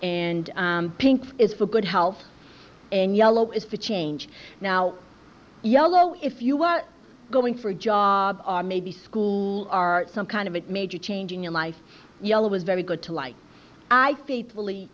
and pink is for good health and yellow is for change now yellow if you are going for a job maybe school are some kind of it major change in your life yellow was very good to like i faithfully